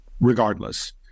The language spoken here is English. regardless